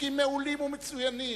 חוקים מעולים ומצוינים.